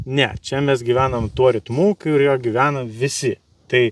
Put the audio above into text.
ne čia mes gyvenam tuo ritmu kuriuo gyvena visi tai